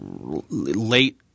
late